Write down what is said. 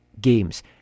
games